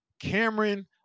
Cameron